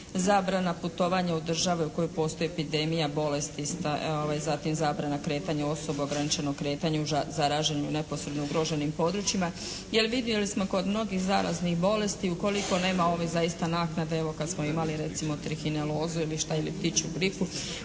zabrana putovanja u države u kojoj postoji epidemija, bolesti. Zatim zabrana kretanja osoba, ograničeno kretanje u zaraženim i neposredno ugroženim područjima. Jer vidjeli smo kod mnogi zaraznih bolesti ukoliko nema ovih zaista naknada evo kad smo imali recimo trihinelozu ili šta ili ptičju gripu,